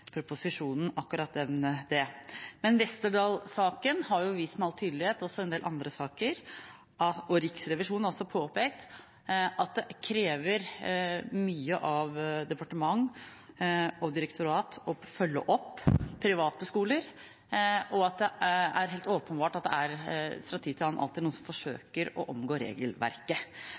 proposisjonen. Men Westerdals-saken og også en del andre saker har jo vist med all tydelighet – Riksrevisjonen har også påpekt det – at det krever mye av departement og direktorat å følge opp private skoler, og at det er helt åpenbart at det fra tid til annen alltid er noen som forsøker å omgå regelverket.